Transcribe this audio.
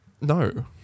no